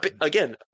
again